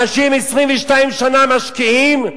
אנשים 22 שנה משקיעים,